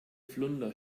flunder